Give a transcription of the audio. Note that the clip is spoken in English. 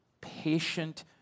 patient